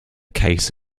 case